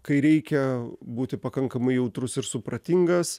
kai reikia būti pakankamai jautrus ir supratingas